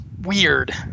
weird